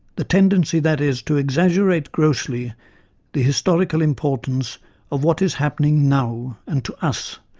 the tendency, that is, to exaggerate grossly the historical importance of what is happening now, and to us,